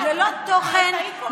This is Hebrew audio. ללא תוכן,